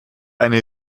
eine